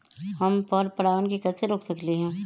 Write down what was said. हम पर परागण के कैसे रोक सकली ह?